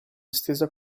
estesa